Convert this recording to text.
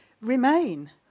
remain